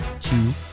two